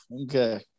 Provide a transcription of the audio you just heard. Okay